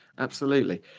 absolutely.